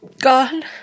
gone